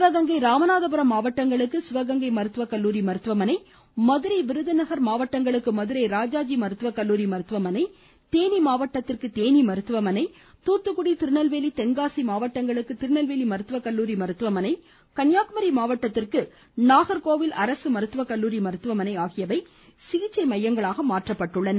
சிவகங்கை ராமநாதபுரம் மாவட்டங்களக்கு சிவகங்கை மருத்துவக்கல்லூரி மருத்துவமனை மதுரை விருதுநகர் மாவட்டங்களுக்கு மதுரை ராஜாஜி மருத்துவக்கல்லூரி மருத்துவமனை தேனி மாவட்டத்திற்கு அங்குள்ள மருத்துவமனை தூத்துக்குடி திருநெல்வேலி தென்காசி மாவட்டங்களுக்கு திருநெல்வேலி மருத்துவக்கல்லூரி மருத்துவமனை கன்னியாகுமரி மாவட்டத்திற்கு நாகர்கோவில் அரசு மருத்துவக்கல்லூரி மருத்துவமனை ஆகியவை சிகிச்சை மையங்களாக மாற்றப்பட்டுள்ளன